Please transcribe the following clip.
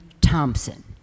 Thompson